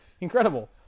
Incredible